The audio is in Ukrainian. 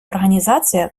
організація